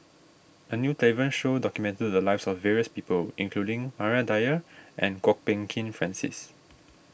a new television show documented the lives of various people including Maria Dyer and Kwok Peng Kin Francis